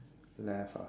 left ah